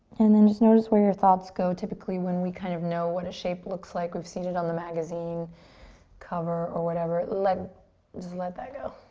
and then just notice where your thoughts go. typically when we kind of know what a shape looks like, we've seen it on the magazine cover or whatever, just let that go.